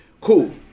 Cool